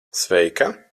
sveika